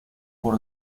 por